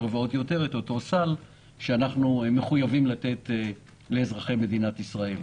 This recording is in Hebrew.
ועוד יותר את הסל שאנחנו מחויבים לתת לאזרחי מדינת ישראל.